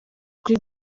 kuri